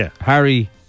Harry